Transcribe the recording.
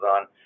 on